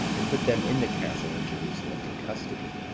and put them in the castle in jerusalem in custody.